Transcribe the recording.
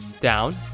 down